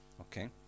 Okay